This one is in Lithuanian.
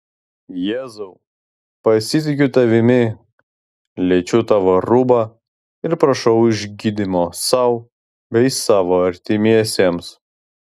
jėzau pasitikiu tavimi liečiu tavo rūbą ir prašau išgydymo sau bei savo artimiesiems